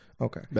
Okay